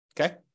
Okay